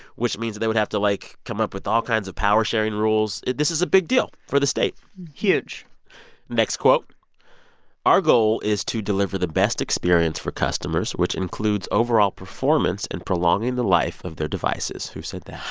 which means they would have to, like, come up with all kinds of power-sharing rules. rules. this is a big deal for the state huge next quote our goal is to deliver the best experience for customers, which includes overall performance and prolonging the life of their devices. who said that?